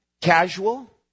casual